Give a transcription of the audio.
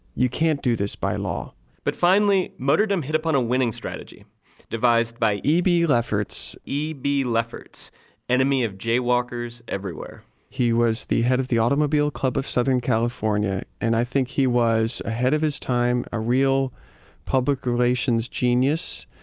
you can't do this by law but finally, motordom hit upon a winning strategy devised by, e b. lefferts e b. lefferts, an enemy of jaywalkers everywhere he was head of the automobile club of southern california. and i think he was ahead of his time, a real public relations genius.